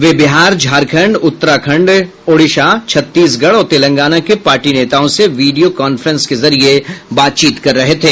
वे बिहार झारखंड उत्तराखंड ओडिशा छत्तीसगढ और तेलंगाना के पार्टी नेताओं से वीडियो कांफ्रेंस के जरिये बातचीत कर रहे थे